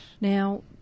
Now